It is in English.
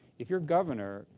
if you're governor,